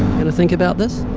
going to think about this?